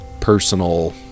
personal